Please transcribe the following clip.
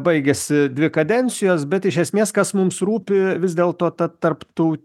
baigiasi dvi kadencijos bet iš esmės kas mums rūpi vis dėl to tad tarp tų